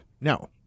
No